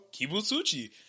Kibutsuchi